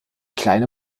kleine